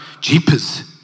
jeepers